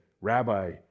Rabbi